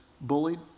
bullied